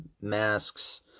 masks